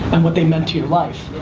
and what they meant to your life.